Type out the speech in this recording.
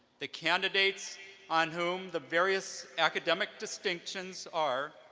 the candidates on whom the various academic distinctions are,